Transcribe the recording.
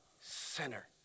sinner